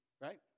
right